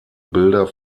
bilder